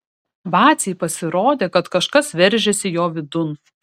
vacei pasirodė kad kažkas veržiasi jo vidun